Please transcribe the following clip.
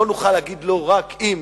לא נוכל להגיד "לא" רק אם